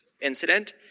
incident